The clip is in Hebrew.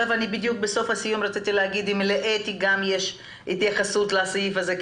אני גם שואלת אם לאתי שוורצברג יש התייחסות לסעיף הזה.